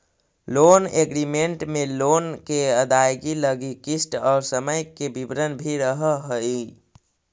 loan agreement में loan के अदायगी लगी किस्त और समय के विवरण भी रहऽ हई